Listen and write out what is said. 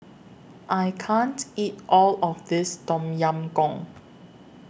I can't eat All of This Tom Yam Goong